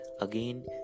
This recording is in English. again